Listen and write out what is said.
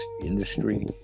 industry